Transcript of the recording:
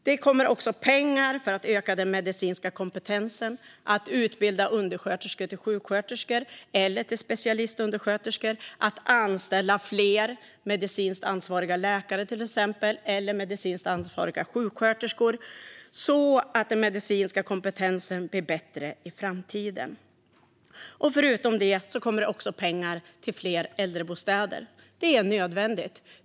Det tillkommer också pengar för att öka den medicinska kompetensen. Det handlar om att utbilda undersköterskor till sjuksköterskor eller till specialistundersköterskor. Det handlar också om att anställa fler medicinskt ansvariga läkare eller medicinskt ansvariga sjuksköterskor så att den medicinska kompetensen blir bättre i framtiden. Förutom det jag redan nämnt kommer också pengar till fler äldrebostäder. Det är nödvändigt.